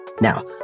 Now